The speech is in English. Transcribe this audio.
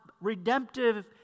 redemptive